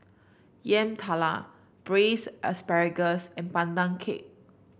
Yam Talam Braised Asparagus and Pandan Cake